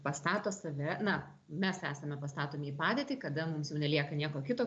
pastato save na mes esame pastatomi į padėtį kada nelieka nieko kito